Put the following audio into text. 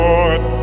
Lord